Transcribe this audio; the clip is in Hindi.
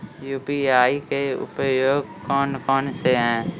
यू.पी.आई के उपयोग कौन कौन से हैं?